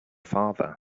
father